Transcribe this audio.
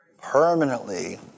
Permanently